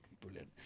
brilliant